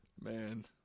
Man